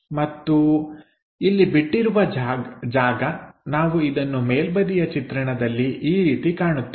ಮತ್ತು ಇಲ್ಲಿ ಬಿಟ್ಟಿರುವ ಜಾಗ ನಾವು ಇದನ್ನು ಮೇಲ್ಬದಿಯ ಚಿತ್ರಣದಲ್ಲಿ ಈ ರೀತಿ ಕಾಣುತ್ತೇವೆ